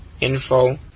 info